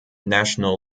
national